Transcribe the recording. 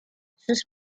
sus